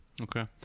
okay